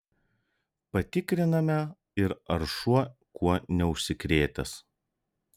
patikriname ir ar šuo kuo neužsikrėtęs